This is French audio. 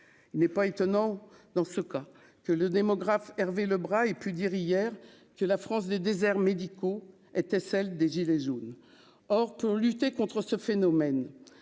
il n'est pas étonnant, dans ce cas que le démographe Hervé Lebras et pu dire hier que la France des déserts médicaux étaient celle des gilets jaunes or pour lutter contre ce phénomène,